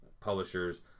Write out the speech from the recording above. publishers